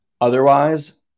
Otherwise